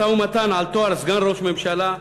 משא-ומתן על תואר סגן ראש ממשלה.